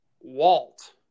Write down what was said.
Walt